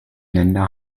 länder